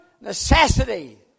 necessity